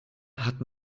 hat